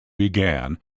began